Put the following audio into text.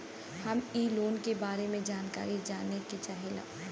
हम इ लोन के बारे मे जानकारी जाने चाहीला?